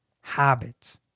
habits